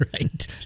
Right